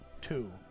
Two